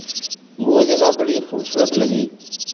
وہ جگہ بڑی خوبصورت لگی